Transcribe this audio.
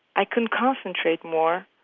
i could concentrate more,